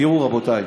תראו, רבותי,